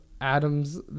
Adams